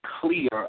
clear